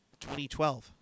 2012